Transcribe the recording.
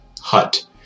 hut